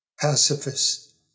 pacifist